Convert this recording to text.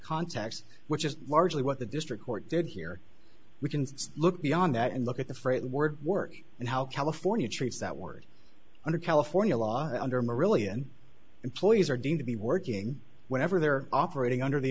context which is largely what the district court did here we can look beyond that and look at the freight word work and how california treats that word under california law under a million employees are deemed to be working whenever they're operating under the